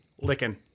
licking